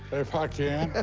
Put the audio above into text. if i can.